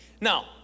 Now